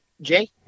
Jay